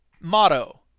Motto